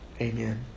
Amen